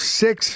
six